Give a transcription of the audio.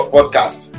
Podcast